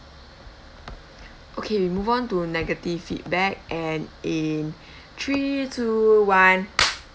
okay we move on to negative feedback and in three two one